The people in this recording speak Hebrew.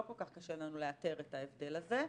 לא כל כך קשה לנו לאתר את ההבדל הזה.